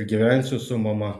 ir gyvensiu su mama